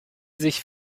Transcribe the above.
sich